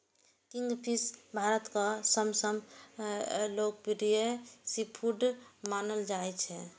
kingfish भारतक सबसं लोकप्रिय सीफूड मानल जाइ छै